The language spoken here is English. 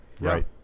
Right